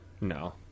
No